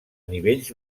nivells